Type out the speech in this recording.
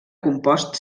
compost